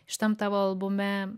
šitam tavo albume